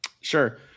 Sure